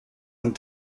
and